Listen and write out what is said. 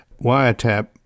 wiretap